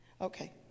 Okay